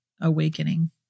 awakening